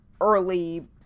early